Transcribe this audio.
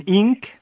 ink